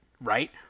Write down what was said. right